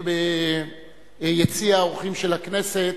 ביציע האורחים של הכנסת,